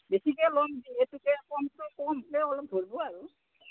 বেছিকৈ ল'ম যিহেতুকৈ কমকৈ কমকৈ অলপ ধৰিব আৰু